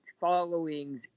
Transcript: followings